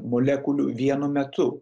molekulių vienu metu